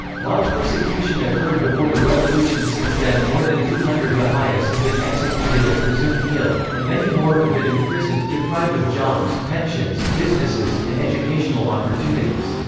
while persecution occurred before the revolution since then more than two hundred baha'is have been executed or presumed killed, and many more have been imprisoned, deprived of jobs, pensions, businesses, and educational opportunities.